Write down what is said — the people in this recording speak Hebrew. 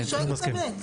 אני שואלת באמת.